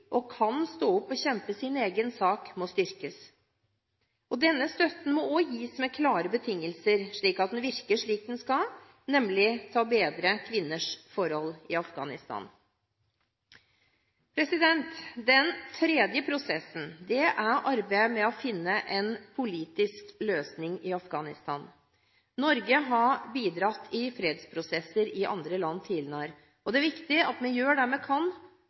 og kan stå opp og kjempe sin egen sak, styrkes. Denne støtten må også gis med klare betingelser, så den virker slik den skal, nemlig til å bedre kvinners forhold i Afghanistan. Den tredje prosessen er arbeidet med å finne en politisk løsning i Afghanistan. Norge har bidratt i fredsprosesser i andre land tidligere, og det er viktig at vi gjør det vi kan